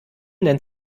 nennt